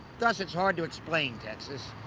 thus, it's hard to explain texas,